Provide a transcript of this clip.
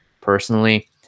personally